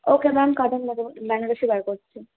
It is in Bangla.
ওকে ম্যাম কাতান ব্যানা বেনারসি বার করছি